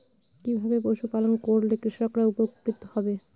কিভাবে পশু পালন করলেই কৃষকরা উপকৃত হবে?